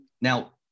now